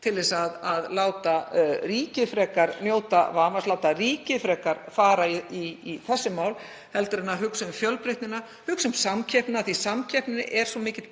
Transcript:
til að láta ríkið frekar njóta vafans, láta ríkið frekar fara í þessi mál heldur en að hugsa um fjölbreytnina, hugsa um samkeppni. Samkeppnin er svo mikill